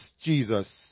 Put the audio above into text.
Jesus